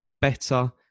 better